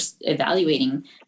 evaluating